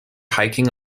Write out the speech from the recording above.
hiking